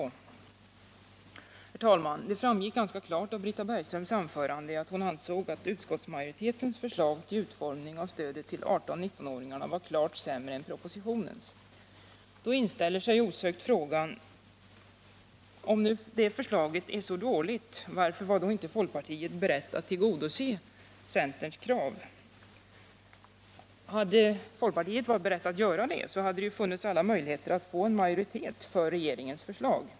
Herr talman! Det framgick av Britta Bergströms anförande att hon ansåg att utskottsmajoritetens förslag till utformning av stödet till 18-19-åringarna var klart sämre än propositionens. Då inställer sig osökt frågan: Varför var då inte folkpartiet berett att tillgodose centerns krav? Hade folkpartiet varit berett att göra det hade det funnits alla möjligheter att få en majoritet för regeringens förslag.